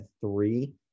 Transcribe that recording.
three